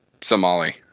Somali